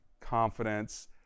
confidence